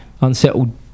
unsettled